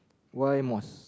why Muaz